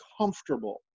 comfortable